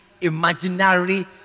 imaginary